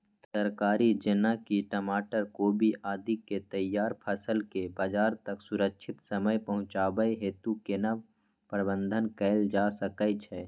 तरकारी जेना की टमाटर, कोबी आदि के तैयार फसल के बाजार तक सुरक्षित समय पहुँचाबै हेतु केना प्रबंधन कैल जा सकै छै?